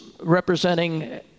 representing